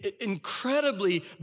incredibly